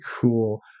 cool